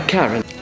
Karen